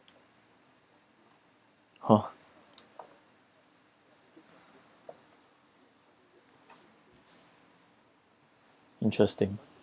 !huh! interesting